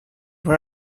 were